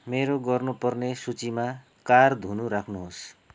मेरो गर्नु पर्ने सूचीमा कार धुनु राख्नुहोस्